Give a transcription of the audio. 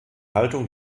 haltung